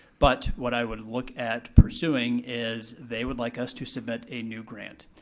but, what i would look at pursuing is they would like us to submit a new grant.